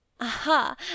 aha